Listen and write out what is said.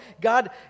God